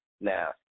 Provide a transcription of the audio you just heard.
Now